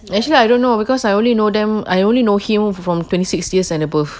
actually I don't know because I only know them I only know him from twenty six years and above